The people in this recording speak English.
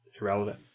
irrelevant